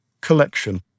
Collection